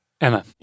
Emma